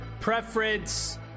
preference